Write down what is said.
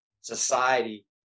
society